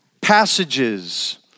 passages